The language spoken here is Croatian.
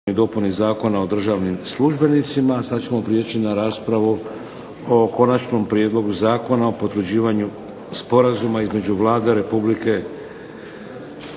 i dopuni Zakona o državnim službenicima. Sad ćemo prijeći na raspravu o - Konačni prijedlog zakona o potvrđivanju Sporazuma između Vlade Republike